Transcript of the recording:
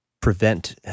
prevent